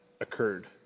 occurred